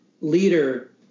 leader